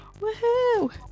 Woohoo